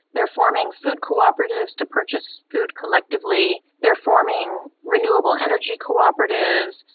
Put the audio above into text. they are forming food cooperatives to purchase food collectively, they are forming renewable energy cooperatives,